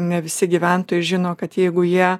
ne visi gyventojai žino kad jeigu jie